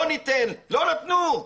לא ניתן, לא נתנו.